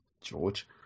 George